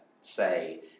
say